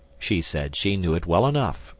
she said she knew it well enough,